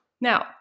Now